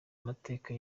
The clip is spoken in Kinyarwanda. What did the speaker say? mateka